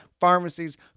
pharmacies